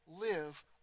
live